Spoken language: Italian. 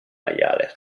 maiale